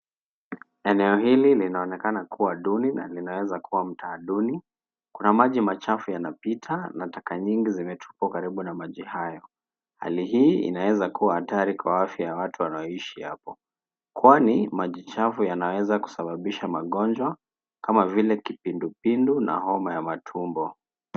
Eneo hili linaonekana kuwa duni na linaweza kuwa mtaa duni . Kuna maji machafu yanapita na taka nyingi zimetupwa karibu na maji hayo. Hali hii inaweza kuwa hatari kwa afya ya watu wanao ishi hapo kwani maji chafu yanaweza kusababisha magonjwa kama vile kipindupindu na homa ya matumbo.